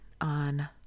on